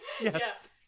Yes